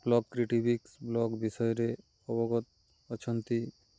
blog କ୍ରିଟିଭିିକ୍ସ blog ବିଷୟରେ ଅବଗତ ଅଛନ୍ତି